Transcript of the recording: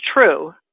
true